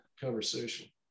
conversation